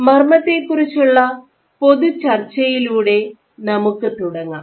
മർമ്മത്തെക്കുറിച്ചുള്ള പൊതു ചർച്ചയിലൂടെ നമുക്ക് തുടങ്ങാം